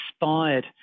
inspired